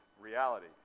reality